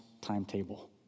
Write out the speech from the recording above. timetable